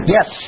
Yes